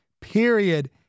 period